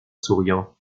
souriant